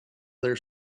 their